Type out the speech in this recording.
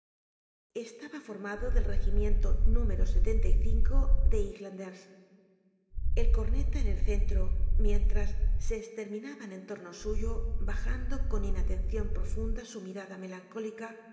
estaba formado del regimiento número de highlanders el corneta en el centro mientras se esterminaban en torno suyo bajando con inatencion profunda su mirada melancólica